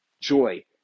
joy